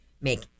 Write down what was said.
make